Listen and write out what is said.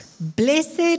Blessed